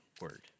word